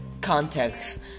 context